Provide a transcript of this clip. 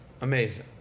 amazing